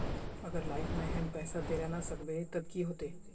अगर लाइफ में हैम पैसा दे ला ना सकबे तब की होते?